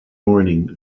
morning